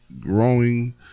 growing